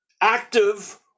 active